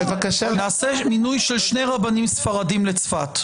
נעשה מינוי של שני רבנים ספרדים לצפת,